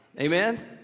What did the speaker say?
amen